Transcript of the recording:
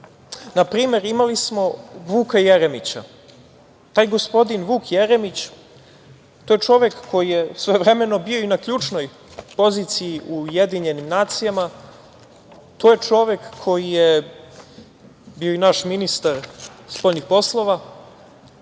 Na primer, imali smo Vuka Jeremića. Taj gospodin Vuk Jeremić, to je čovek koji je svojevremeno bio i na ključnoj poziciji u UN. To je čovek koji je bio i naš ministar spoljnih poslova.